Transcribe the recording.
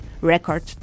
Record